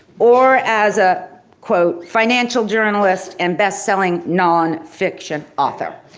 or as a quote, financial journalist and best selling non-fiction author.